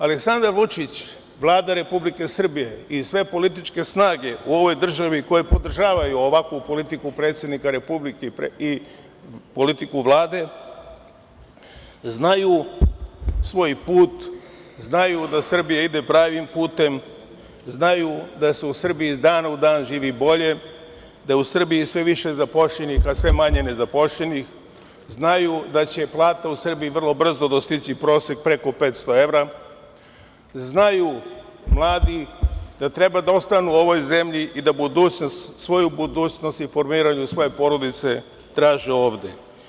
Aleksandar Vučić, Vlada Republike Srbije i sve političke snage u ovoj državi koje podržavaju ovakvu politiku predsednika republike i politiku Vlade, znaju svoj put, znaju da Srbija ide pravim putem, znaju da se u Srbiji iz dana u dan živi bolje, da je u Srbiji sve više zaposlenih, a sve manje nezaposlenih, znaju da će plata u Srbiji vrlo brzo dostići prosek preko 500 evra, znaju mladi da treba da ostanu u ovoj zemlji i da svoju budućnost i formiranje svoje porodice traže ovde.